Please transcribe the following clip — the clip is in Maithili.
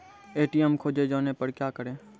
ए.टी.एम खोजे जाने पर क्या करें?